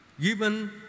given